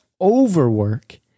overwork